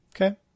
okay